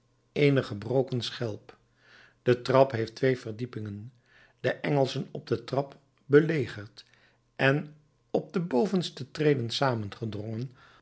eener gebroken schelp de trap heeft twee verdiepingen de engelschen op de trap belegerd en op de bovenste treden saamgedrongen